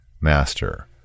Master